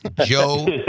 Joe